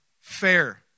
fair